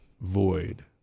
void